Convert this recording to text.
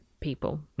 people